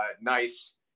nice